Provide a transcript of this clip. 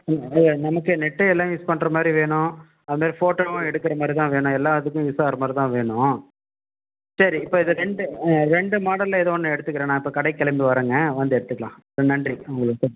ம் அதாவது நமக்கு நெட்டு எல்லாம் யூஸ் பண்ணுற மாதிரி வேணும் அதில் ஃபோட்டோவும் எடுக்குறமாதிரி தான் வேணும் எல்லாத்துக்கும் யூஸ் ஆகுறமாதிரி தான் வேணும் சரி இப்போ இது ரெண்டு ரெண்டு மாடல்ல ஏதோ ஒன்று எடுத்துக்கிறேன் நான் இப்போ கடைக்கு கிளம்பி வரேங்க வந்து எடுத்துக்கலாம் நன்றி ம்